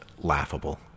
laughable